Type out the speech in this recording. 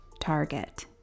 target